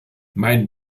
mein